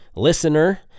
listener